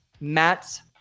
Matt's